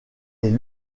est